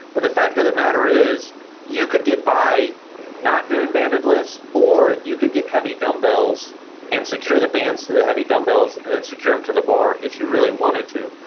but the fact of the matter is you could get by not doing banded lifts or you could get heavy dumbbells and secure the bands to the heavy dumbbells, and then secure them to the bar if you really wanted to.